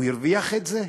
הוא הרוויח את זה?